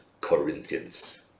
Corinthians